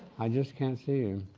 i just can't see